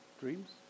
Dreams